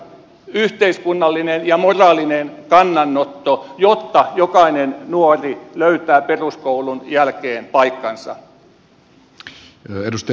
se on arvokas yhteiskunnallinen ja moraalinen kannanotto jotta jokainen nuori löytää peruskoulun jälkeen paikkansa